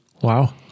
Wow